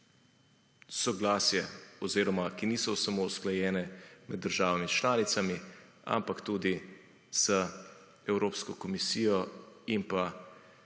soglasje oziroma ki niso samo usklajene med državami članicami, ampak tudi z Evropsko komisijo in pa